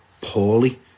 poorly